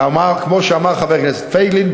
כמו שאמר חבר הכנסת פייגלין,